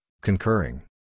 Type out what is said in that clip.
Concurring